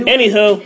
Anywho